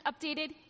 updated